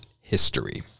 history